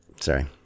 Sorry